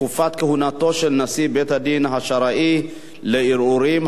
(תקופת כהונתו של נשיא בית-הדין השרעי לערעורים),